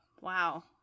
Wow